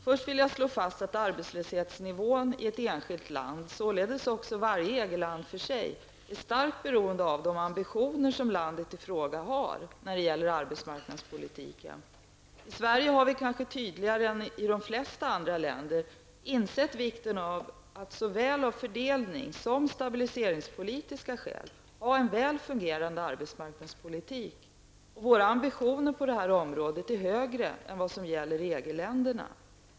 Först vill jag slå fast att arbetslöshetsnivån i ett enskilt land, således också varje EG-land för sig, är starkt beroende av de ambitioner som landet i fråga har när det gäller arbetsmarknadspolitiken. I Sverige har vi kanske tydligare än i de flesta andra länder insett vikten av att såväl av fördelnings som stabiliseringspolitiska skäl ha en väl fungerande arbetsmarknadspolitik, och våra ambitioner på detta område är högre än vad som gäller i EG länderna.